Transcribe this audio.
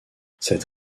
cette